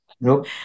Nope